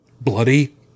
bloody